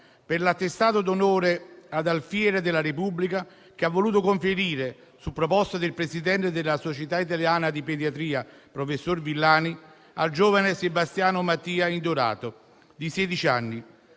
per l'attestato d'onore di Alfiere della Repubblica che ha voluto conferire, su proposta del presidente della Società italiana di pediatria, professor Villani, al giovane Sebastiano Mattia Indorato, di sedici anni.